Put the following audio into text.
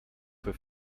für